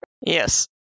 Yes